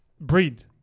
breed